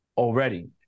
Already